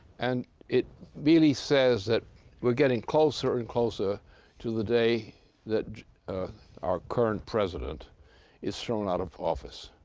and it really says that we're getting closer and closer to the day that our current president is thrown out of office.